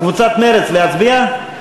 מוחמד ברכה, אדוני, להצביע?